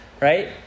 right